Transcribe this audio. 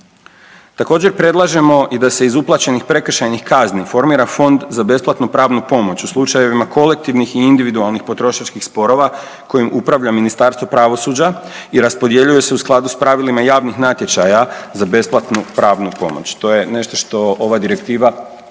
Također predlažemo i da se iz uplaćenih prekršajnih kazni formira fond za besplatnu pravnu pomoć u slučajevima kolektivnih i individualnih potrošačkih sporova kojim upravlja Ministarstvo pravosuđa i raspodjeljuje se u skladu s pravilima javnih natječaja za besplatnu pravnu pomoć. To je nešto što ova direktiva